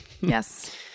Yes